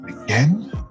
again